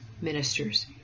ministers